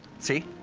see?